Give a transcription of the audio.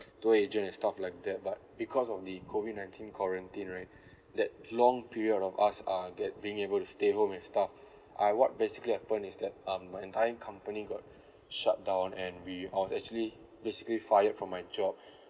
tour agent and stuff like that but because of the COVID nineteen quarantine right that long period of us are that being able to stay home and stuff uh what basically happened is that um my entire company got shut down and we I was actually basically fired from my job